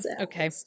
okay